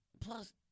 Plus